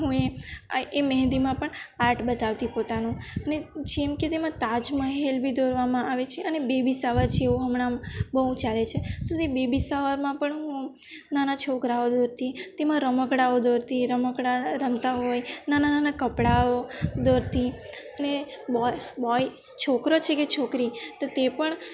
હું એ આ એ મહેંદીમાં પણ આર્ટ બતાવતી પોતાનું અને જેમકે તેમાં તાજ મહેલ બી દોરવામાં આવે છે અને બેબી સાવર જેવો હમણાં બહુ ચાલે છે તો તે બેબી શાવરમાં પણ હું નાના છોકરાઓ દોરતી તેમાં રમકડાઓ દોરતી રમકડા રમતા હોય નાનાં નાનાં કપડાઓ દોરતી અને બોય છોકરો છે કે છોકરી તો તે પણ